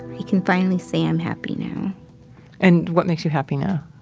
i can finally say i'm happy now and what makes you happy now?